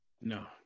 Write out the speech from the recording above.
No